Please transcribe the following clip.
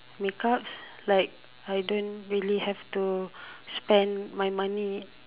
makeups like I don't really have to spend my money